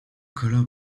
color